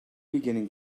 beginning